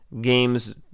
games